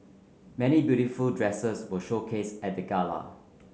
many beautiful dresses were showcased at the gala